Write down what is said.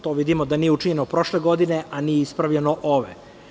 To vidimo da nije učinjeno prošle godine, a nije ispravljeno ove.